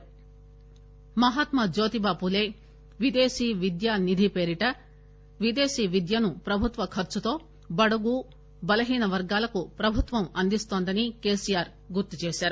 మహాత్మా జ్యోతిబాపూలే విదేశీ విద్యా నిధి పేరిట విదేశీ విద్యను ప్రభుత్వ ఖర్సుతో బడుగు బలహీన వర్గాలకు ప్రభుత్వం అందిస్తోందని కె సి ఆర్ గుర్తు చేశారు